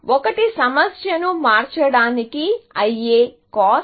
ఒకటి సమస్యను మార్చడానికి అయ్యే కాస్ట్